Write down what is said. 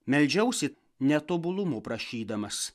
meldžiausi ne tobulumų prašydamas